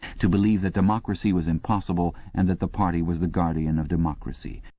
to believe that democracy was impossible and that the party was the guardian of democracy,